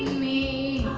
me